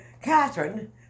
Catherine